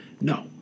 No